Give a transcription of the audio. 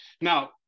now